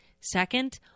Second